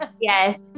Yes